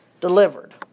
Delivered